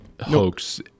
hoax